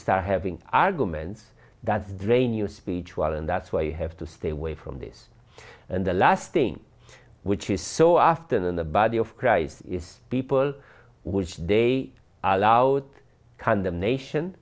start having arguments that's drain you speech well and that's why you have to stay away from this and the last thing which is so often in the body of christ is people which they allowed condemnation